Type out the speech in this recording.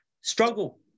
struggle